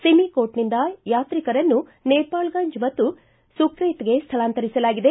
ಸಿಮಿಕೋಟ್ನಿಂದ ಯಾತ್ರಿಕರನ್ನು ನೇಪಾಳಗಂಜ್ ಮತ್ತು ಸುರ್ಕೇತ್ಗೆ ಸ್ಥಳಾಂತರಿಸಲಾಗಿದೆ